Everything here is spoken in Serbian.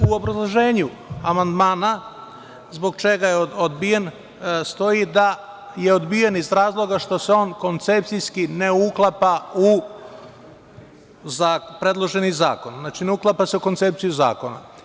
U obrazloženju amandmana, zbog čega je odbijen, stoji da je odbijen iz razloga što se on koncepcijski ne uklapa u predloženi zakon, ne uklapa se u koncepciju zakona.